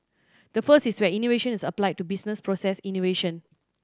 the first is where innovation is applied to business process innovation